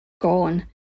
gone